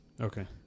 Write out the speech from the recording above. Okay